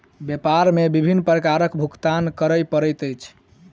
व्यापार मे विभिन्न प्रकारक कर भुगतान करय पड़ैत अछि